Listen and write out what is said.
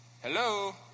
Hello